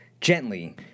gently